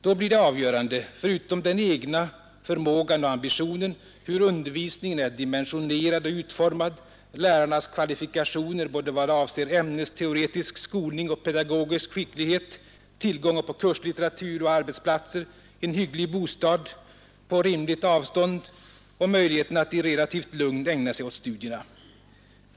Då blir det avgörande — förutom den egna förmågan och ambitionen — hur undervisningen är dimensionerad och utformad, lärarnas kvalifikationer både vad avser ämnesteoretisk skolning och pedagogisk skicklighet, tillgången på kurslitteratur och arbetsplatser, en hygglig bostad på rimligt avstånd och möjligheten att i relativt lugn ägna sig åt studierna.